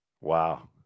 Wow